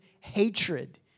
hatred